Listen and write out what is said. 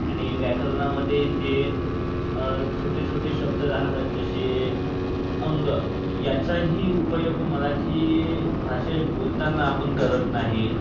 आणि व्याकरणामधे जे छोटे छोटे शब्द राहतात जसे अंग याचाही उपयोग मराठी भाषेत बोलताना आपण करत नाही